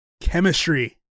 chemistry